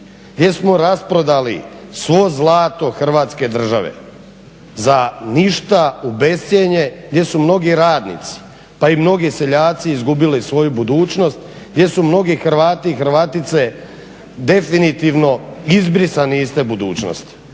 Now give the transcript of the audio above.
Gdje smo rasprodali svo zlato Hrvatske države za ništa, u bescjenje, gdje su mnogi radnici, pa i mnogi seljaci izgubili svoju budućnost, gdje su mnogi Hrvati i Hrvatice definitivno izbrisani iz te budućnosti.